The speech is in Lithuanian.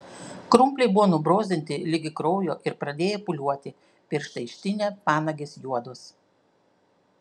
krumpliai buvo nubrozdinti ligi kraujo ir pradėję pūliuoti pirštai ištinę panagės juodos